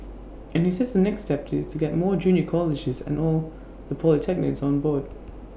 and he says the next step is to get more junior colleges and all the polytechnics on board